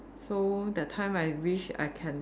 so that time I wish I can